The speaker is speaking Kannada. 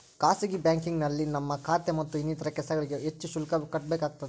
ಖಾಸಗಿ ಬ್ಯಾಂಕಿಂಗ್ನಲ್ಲಿ ನಮ್ಮ ಖಾತೆ ಮತ್ತು ಇನ್ನಿತರ ಕೆಲಸಗಳಿಗೆ ಹೆಚ್ಚು ಶುಲ್ಕ ಕಟ್ಟಬೇಕಾಗುತ್ತದೆ